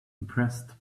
impressed